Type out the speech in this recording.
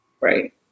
Right